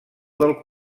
del